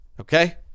Okay